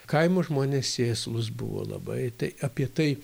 kaimo žmonės sėslūs buvo labai tai apie tai